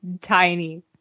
tiny